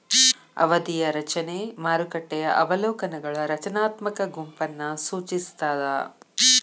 ಅವಧಿಯ ರಚನೆ ಮಾರುಕಟ್ಟೆಯ ಅವಲೋಕನಗಳ ರಚನಾತ್ಮಕ ಗುಂಪನ್ನ ಸೂಚಿಸ್ತಾದ